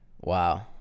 Wow